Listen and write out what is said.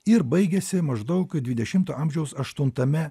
ir baigėsi maždaug dvidešimto amžiaus aštuntame